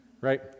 Right